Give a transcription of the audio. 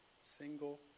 single